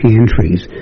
entries